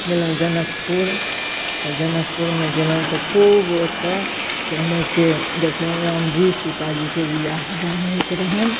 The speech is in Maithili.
गेलहुँ जनकपुर तऽ जनकपुरमे गेलहुँ तऽ खूब ओतऽ से एनाहिते देखलहुँ रामजी सीताजीके बिआहदान होइत रहनि